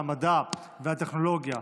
המדע והטכנולוגיה,